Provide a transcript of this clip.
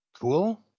Cool